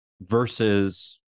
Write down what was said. versus